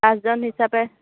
পাঁচজন হিচাপে